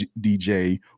DJ